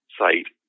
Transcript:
site